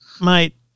mate